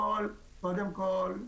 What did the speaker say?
קודם כול,